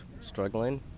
struggling